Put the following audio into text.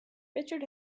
richard